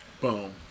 Boom